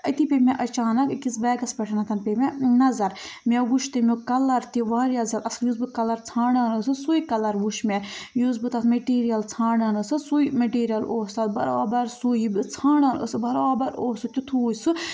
أتی پیٚیہِ مےٚ اچانَک أکِس بیگَس پٮ۪ٹھن پیٚیہِ مےٚ نظر مےٚ وُچھ تَمیُک کَلَر تہِ واریاہ زیادٕ اَصٕل یُس بہٕ کَلَر ژھانٛڈان ٲسٕس سُے کَلَر وُچھ مےٚ یُس بہٕ تَتھ مِٹیٖریَل ژھانٛڈان ٲسٕس سُے مِٹیٖریَل اوس تَتھ بَرابَر سُے یہِ بہٕ ژھانٛڈان ٲسٕس بَرابر اوس سُہ تُِتھُے سُہ